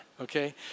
okay